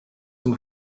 zum